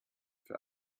für